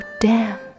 damp